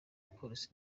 polisi